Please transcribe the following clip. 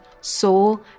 soul